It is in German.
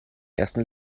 ersten